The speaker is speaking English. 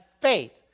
faith